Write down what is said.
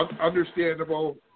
understandable